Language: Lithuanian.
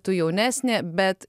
tu jaunesnė bet